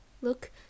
look